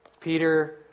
Peter